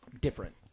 different